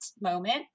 moment